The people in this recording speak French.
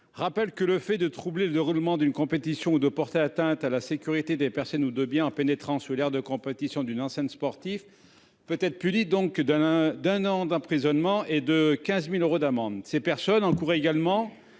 Rappelle que le fait de troubler le déroulement d'une compétition de porter atteinte à la sécurité des personnes ou de biens en pénétrant sur l'aire de compétition d'une ancienne sportif. Peut être puni donc d'Alain d'un an d'emprisonnement et de 15.000 euros d'amende. Ces personnes encourent également